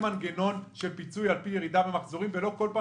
מנגנון של פיצוי על ירידה במחזורים ולא כל פעם